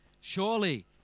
surely